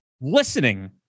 listening